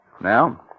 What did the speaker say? Now